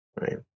Right